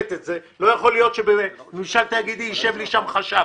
לא יכול שבממשל תאגידי יישב לי חשב